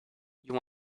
you